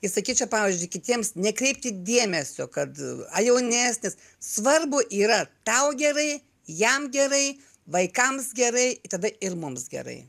ir sakyčiau pavyzdžiui kitiems nekreipti dėmesio kad ar jaunesnis svarbu yra tau gerai jam gerai vaikams gerai tada ir mums gerai